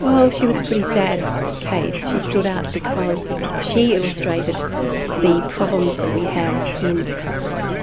well she was a pretty sad case. she stood out because she illustrated the problems that we have in